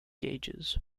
gauges